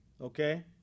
Okay